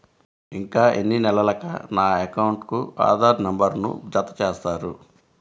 ఇంకా ఎన్ని నెలలక నా అకౌంట్కు ఆధార్ నంబర్ను జత చేస్తారు?